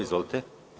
Izvolite.